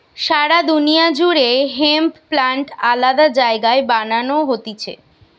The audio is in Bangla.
সারা দুনিয়া জুড়ে হেম্প প্লান্ট আলাদা জায়গায় বানানো হতিছে